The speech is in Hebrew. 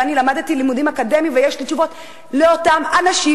ואני למדתי לימודים אקדמיים ויש לי תשובות לאותם אנשים